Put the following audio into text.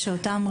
בספטמבר?